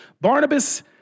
Barnabas